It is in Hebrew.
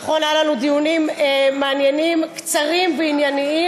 נכון, היו לנו דיונים מעניינים, קצרים וענייניים,